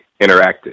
interacted